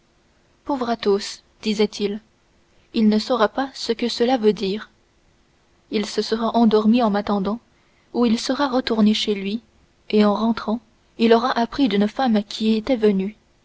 pauvre athos disait-il il ne saura pas ce que cela veut dire il se sera endormi en m'attendant ou il sera retourné chez lui et en rentrant il aura appris qu'une femme y était venue